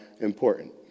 important